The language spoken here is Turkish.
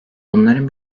bunların